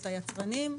את היצרנים,